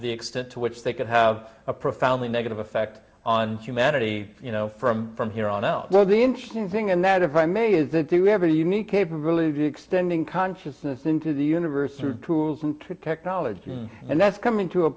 the extent to which they could have a profoundly negative effect on humanity you know from from here on out well the interesting thing and that if i may is that the we have a unique capability of extending consciousness into the universe or tools and technology and that's coming to a